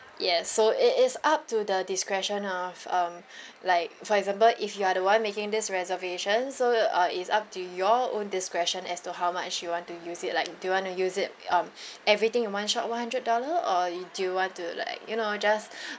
yes so it is up to the discretion of um like for example if you are the one making this reservation so uh it's up to your own discretion as to how much you want to use it like do you want to use it um everything in one shot one hundred dollar or do you want to like you know just